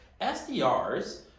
SDRs